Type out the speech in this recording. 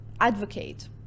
advocate